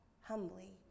humbly